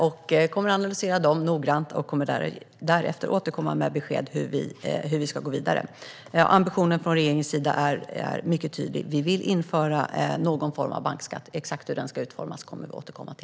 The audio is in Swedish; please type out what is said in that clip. Vi kommer att analysera dem noggrant och därefter återkomma med besked om hur vi ska gå vidare. Regeringens ambition är mycket tydlig. Vi vill införa någon form av bankskatt. Exakt hur den ska utformas kommer vi att återkomma med.